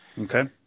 Okay